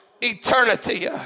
eternity